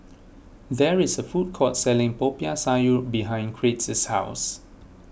there is a food court selling Popiah Sayur behind Crete's house